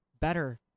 better